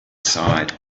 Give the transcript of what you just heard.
side